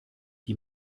die